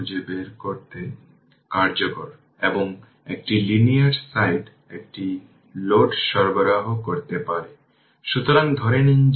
সেটাও আমরা এটাকে 8 4 12 বানিয়েছি